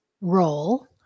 role